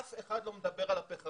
אף אחד לא מדבר על הפחמיות.